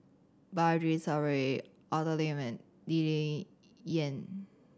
Balaji Sadasivan Arthur Lim and Lee Ling Yen